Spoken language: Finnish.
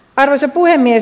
arvoisa puhemies